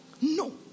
No